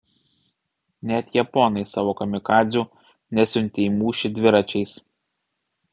net japonai savo kamikadzių nesiuntė į mūšį dviračiais